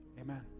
Amen